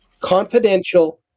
Confidential